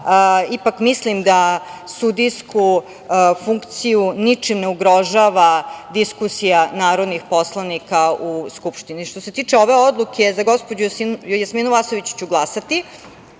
ipak mislim da sudijsku funkciju ničim ne ugrožava diskusija narodnih poslanika u Skupštini. Što se tiče ove odluke, za gospođu Jasminu Vasović ću glasati,